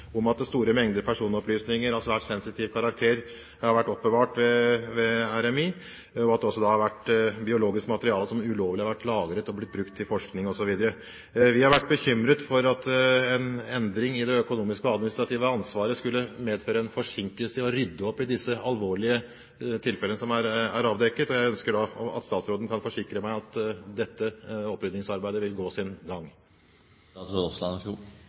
om at store mengder personopplysninger av svært sensitiv karakter har vært oppbevart ved RMI, og at det også har vært biologisk materiale som har vært lagret ulovlig og blitt brukt til forskning osv. Vi har vært bekymret for at en endring i det økonomiske og administrative ansvaret skulle medføre en forsinkelse i å rydde opp i disse alvorlige tilfellene som er avdekket. Jeg ønsker at statsråden kan forsikre meg om at dette opprydningsarbeidet vil gå sin